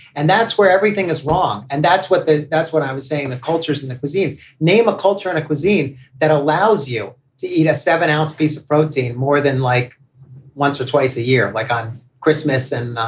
and that's where everything is wrong. and that's what the that's what i'm saying. the cultures and the cuisines name a culture and cuisine that allows you to eat a seven ounce piece of protein more than like once or twice a year, like on christmas and not,